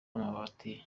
amabati